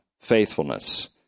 faithfulness